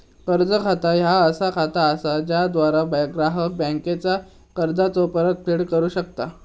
कर्ज खाता ह्या असा खाता असा ज्याद्वारा ग्राहक बँकेचा कर्जाचो परतफेड करू शकता